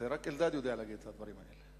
זה, רק אלדד יודע להגיד את הדברים האלה,